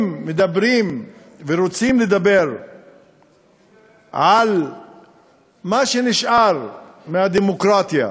אם רוצים לדבר על מה שנשאר מהדמוקרטיה,